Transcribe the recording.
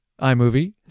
iMovie